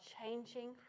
changing